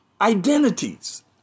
identities